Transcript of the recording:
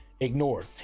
ignored